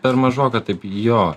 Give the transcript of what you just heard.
per mažoka taip jo